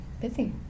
busy